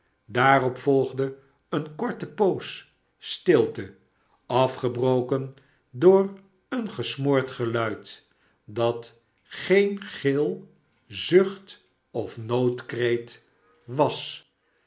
daarop volgde eene korte poos stilte afgebroken door een gesmoord geluid dat geen gil zucht ofnoodkreet wie